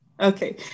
Okay